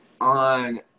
on